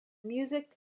music